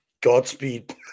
Godspeed